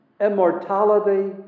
immortality